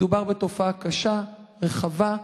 מדובר בתופעה קשה, רחבה,